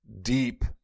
deep